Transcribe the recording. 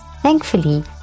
Thankfully